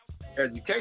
education